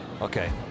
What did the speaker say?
Okay